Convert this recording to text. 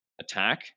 attack